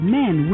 men